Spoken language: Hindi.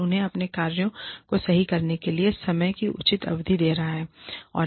और उन्हें अपने कार्यों को सही करने के लिए समय की उचित अवधि दे रहा है